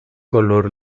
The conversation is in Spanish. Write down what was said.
color